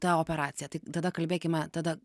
ta operacija tai tada kalbėkime tada